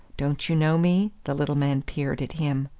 don't you know me? the little man peered at him.